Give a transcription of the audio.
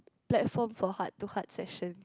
platform for heart to heart session